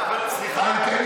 סליחה, גם הם מיוצגים.